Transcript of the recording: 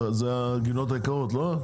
אלה הגבינות היקרות, לא?